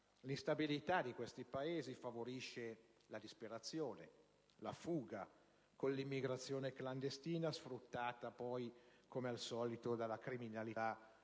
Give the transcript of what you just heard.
L'instabilità di questi Paesi favorisce la disperazione, la fuga, l'emigrazione clandestina, sfruttata poi, come al solito, dalla criminalità